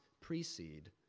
precede